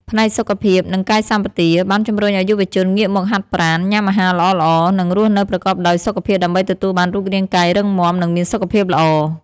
ផ្នែកសុខភាព និងកាយសម្បទា បានជំរុញឲ្យយុវជនងាកមកហាត់ប្រាណ ញ៉ាំអាហារល្អៗ និងរស់នៅប្រកបដោយសុខភាពដើម្បីទទួលបានរូបរាងកាយរឹងមាំ និងមានសុខភាពល្អ។